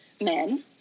men